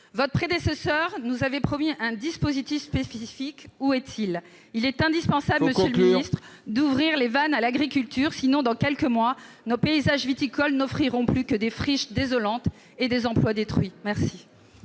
Votre prédécesseur nous avait promis un dispositif spécifique. Où est-il ? Il faut conclure, ma chère collègue ! Il est indispensable, monsieur le ministre, d'ouvrir les vannes à l'agriculture. Sinon, dans quelques mois, nos paysages viticoles n'offriront plus que friches désolantes et des emplois détruits. La